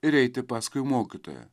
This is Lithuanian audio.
ir eiti paskui mokytoją